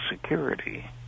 security